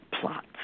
plots